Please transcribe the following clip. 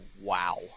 Wow